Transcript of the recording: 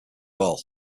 all